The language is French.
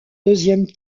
deuxième